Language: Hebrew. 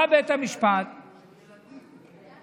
בא בית המשפט, מיסיון של ילדים.